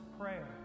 Prayer